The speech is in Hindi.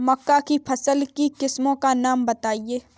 मक्का की फसल की किस्मों का नाम बताइये